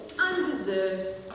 undeserved